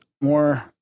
more